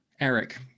Eric